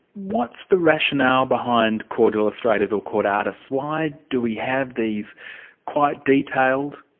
what's the rationale behind court illustrators or court artists, why do we have these quite detailed,